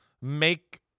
make